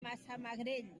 massamagrell